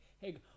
Hey